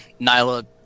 Nyla